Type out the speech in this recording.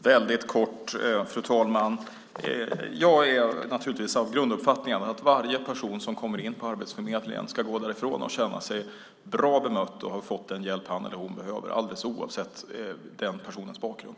Fru talman! Jag är av den grunduppfattningen att varje person som kommer in på Arbetsförmedlingen ska gå därifrån och känna sig bra bemött och ha fått den hjälp han eller hon behöver alldeles oavsett den personens bakgrund.